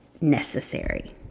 necessary